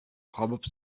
кабып